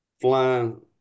flying